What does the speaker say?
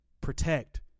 protect